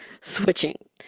Switching